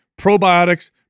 probiotics